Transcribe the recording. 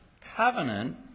covenant